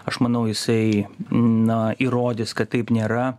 aš manau jisai na įrodys kad taip nėra